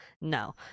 No